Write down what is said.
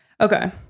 okay